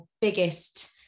biggest